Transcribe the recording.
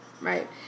right